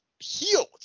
healed